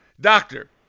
Doctor